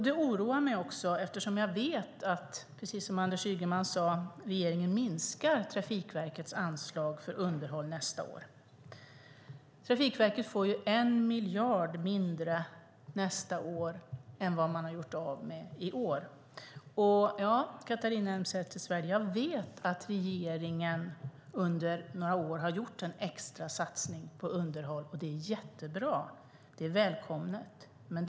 Det oroar mig också eftersom jag vet att regeringen, precis som Anders Ygeman sade, minskar Trafikverkets anslag för underhåll nästa år. Trafikverket får 1 miljard mindre nästa år än vad man har gjort av med i år. Jag vet, Catharina Elmsäter-Svärd, att regeringen under några år har gjort en extra satsning på underhåll, och det är jättebra och välkommet.